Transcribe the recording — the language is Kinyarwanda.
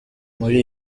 muri